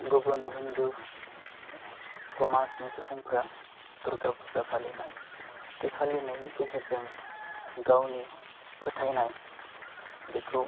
गुबुन हिन्दु समाजनि सुबुंफ्रा दुर्गा फुजा फालिनाय बे फालिनायनि गेजेरजों गावनि फोथायनाय बेखौ